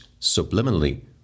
subliminally